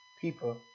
people